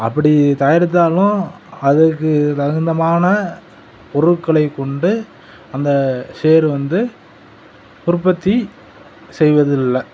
அப்படி தயாரித்தாலும் அதுக்கு தகுந்தமாரி பொருட்களை கொண்டு அந்த சேரு வந்து உற்பத்தி செய்வது இல்லை